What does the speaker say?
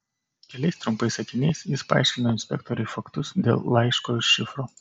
keliais trumpais sakiniais jis paaiškino inspektoriui faktus dėl laiško ir šifro